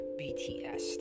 bts